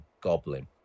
goblin